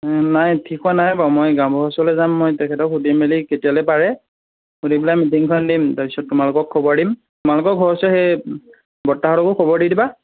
নাই ঠিক হোৱা নাই বাৰু মই গাঁওবুঢ়াৰ ওচৰলে যাম মই তেখেতক সুধি মেলি কেতিয়ালে পাৰে সুধি পেলাই মিটিংখন দিম তাৰপিছত তোমালোকক খবৰ দিম তোমালোকৰ ঘৰৰ ওচৰৰ হেই বৰ্তাহঁতকো খবৰ দি দিবা